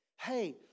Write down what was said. hey